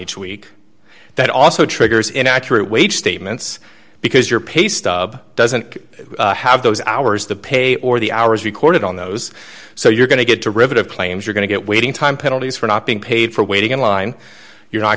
each week that also triggers in accurate wage statements because your pay stub doesn't have those hours the pay or the hours recorded on those so you're going to get to rid of claims you're going to get waiting time penalties for not being paid for waiting in line you're not